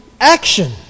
action